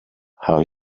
how